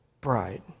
bride